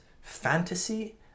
fantasy